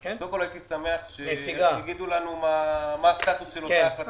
הייתי שמח שנציגת האוצר תגיד לנו מה הסטטוס של אותה החלטה,